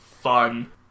Fun